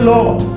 Lord